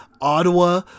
Ottawa